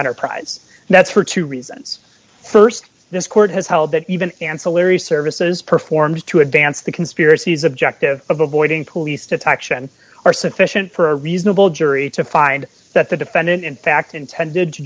enterprise that's for two reasons st this court has held that even ancillary services performed to advance the conspiracies objective of avoiding police to action are sufficient for a reasonable jury to find that the defendant in fact intended to